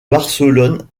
barcelone